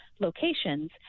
locations